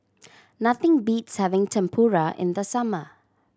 nothing beats having Tempura in the summer